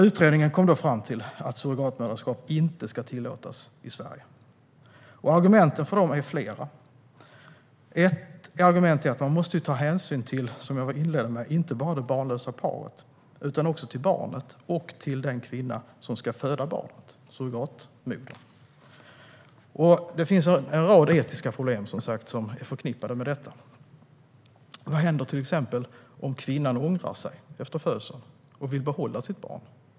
Utredningen kom fram till att surrogatmoderskap inte ska tillåtas i Sverige, och argumenten för detta är flera. Ett argument, som jag vill inleda med, är att man måste ta hänsyn inte bara till det barnlösa paret utan också till barnet och till den kvinna som ska föda barnet, surrogatmodern. Det finns som sagt en rad etiska problem som är förknippade med detta. Vad händer till exempel om kvinnan ångrar sig efter födseln och vill behålla barnet?